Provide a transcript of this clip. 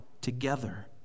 together